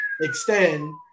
Extend